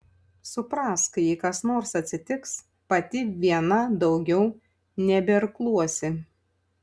suprask jei kas nors atsitiks pati viena daugiau nebeirkluosi